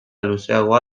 luzeagoa